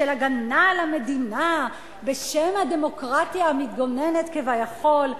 של הגנה על המדינה בשם הדמוקרטיה המתגוננת כביכול,